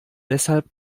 deshalb